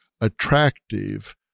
attractive